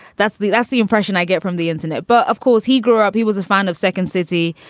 that's the that's the impression i get from the internet. but of course, he grew up he was a fan of second city,